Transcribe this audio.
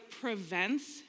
prevents